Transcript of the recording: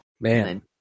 Man